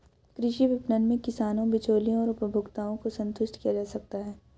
कृषि विपणन में किसानों, बिचौलियों और उपभोक्ताओं को संतुष्ट किया जा सकता है